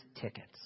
tickets